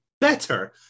better